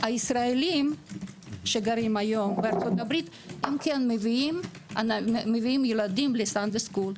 הישראלים שגרים היום בארצות הברית כן מביאים ילדים לסאנדיי סקול.